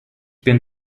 bin